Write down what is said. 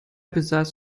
besaß